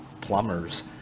plumbers